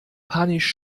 panisch